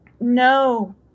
No